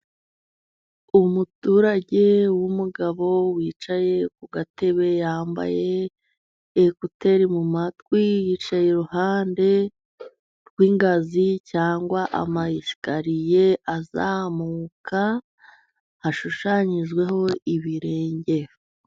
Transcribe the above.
Umuturage w'umugabo wicaye ku gatebe, yambaye ekuteri mu matwi. Yicaye iruhande rw'ingazi cyangwa ama esikariye azamuka , ashushanyijweho ibirenge.